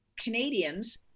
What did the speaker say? Canadians